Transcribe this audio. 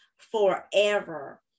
Forever